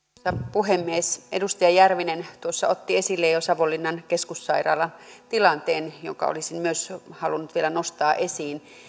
puhemies edustaja järvinen tuossa otti jo esille savonlinnan keskussairaalan tilanteen jonka olisin myös halunnut vielä nostaa esiin